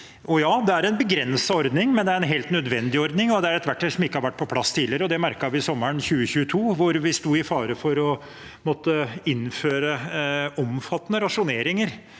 det er en begrenset ordning, men det er en helt nødvendig ordning, og det er et verktøy som ikke har vært på plass tidligere. Det merket vi sommeren 2022, da vi sto i fare for å måtte innføre omfattende rasjoneringer